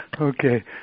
Okay